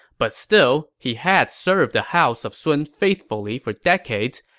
but still, he had served the house of sun faithfully for decades,